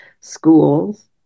schools